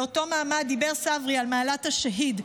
באותו מעמד דיבר צברי על מעלת השהיד,